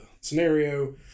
scenario